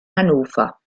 hannover